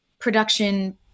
production